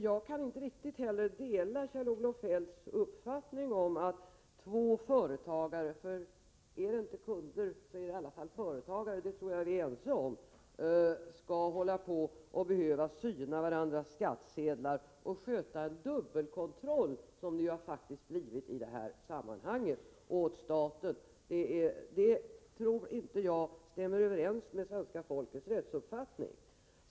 Jag kan inte riktigt dela Kjell-Olof Feldts uppfattning att två företagare — om de inte är kunder är de företagare, det tror jag att vi är ense om — skall behöva syna varandras skattsedlar och sköta en dubbelkontroll åt staten, som det ju blivit fråga om i detta sammanhang. Jag tror inte att det stämmer överens med svenska folkets rättsuppfattning.